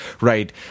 right